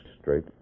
straight